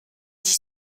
dit